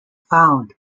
found